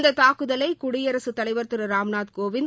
இந்த தாக்குதலை குடியரசுத்தலைவர் திரு ராம்நாத் கோவிந்த்